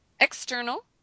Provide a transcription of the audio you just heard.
external